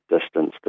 distance